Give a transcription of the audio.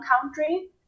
country